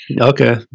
Okay